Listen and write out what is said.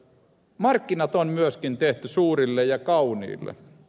markkinat on myöskin tehty suurille ja kauniille